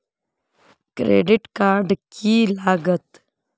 Credit card की लागत?